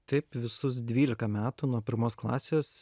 taip visus dvylika metų nuo pirmos klasės